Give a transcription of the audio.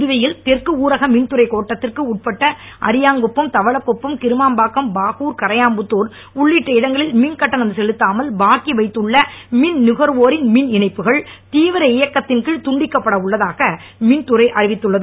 புதுவையில் தெற்கு ஊரக மின்துறை கோட்டத்திற்கு உட்பட்ட அரியாங்குப்பம் தவளகுப்பம் கிருமாம்பாக்கம் பாகூர் கரையாம்புத்தூர் உள்ளிட்ட இடங்களில் மின் கட்டணம் செலுத்தாமல் பாக்கி வைத்துள்ள மின் நுகர்வோரின் மின் இணைப்புகள் தீவிர இயக்கத்தின் கீழ் துண்டிக்கப்பட உள்ளதாக மின்துறை அறிவித்துள்ளது